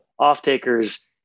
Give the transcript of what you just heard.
offtakers